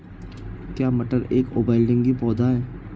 क्या मटर एक उभयलिंगी पौधा है?